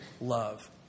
love